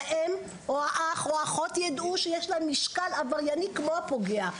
שהאם או האח או האחות ידעו שיש להם משקל עברייני כמו הפוגע,